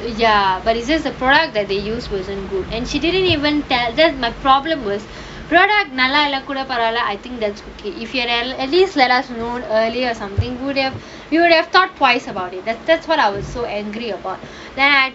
ya but is is a product that they use wasn't good and she didn't even tell that's my problem was product நல்லா இல்ல கூட பரவால:nallaa illa kooda paravaala I think that's okay if you and and at least let us known early or something you have you would have thought twice about it that that's what I was so angry about that